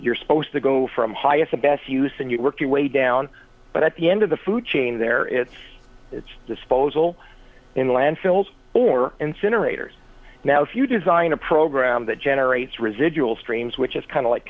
you're supposed to go from highest best use and you work your way down but at the end of the food chain there it's its disposal in landfills or incinerators now if you design a program that generates residual streams which is kind of like